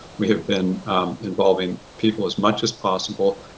we have been involving people as much as possible.